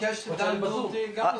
תדון גם אותי לזכות.